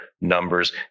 numbers